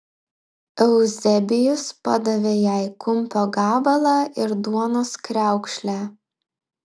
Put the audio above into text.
euzebijus padavė jai kumpio gabalą ir duonos kriaukšlę